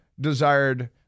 desired